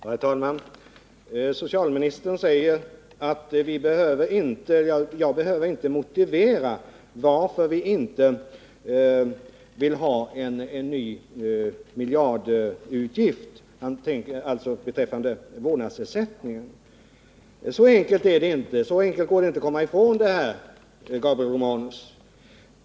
Herr talman! Socialministern säger att han inte behöver motivera varför man inte vill ta en ny miljardutgift beträffande vårdnadsersättningen. Men så enkelt går det inte att komma ifrån det här, Gabriel Romanus!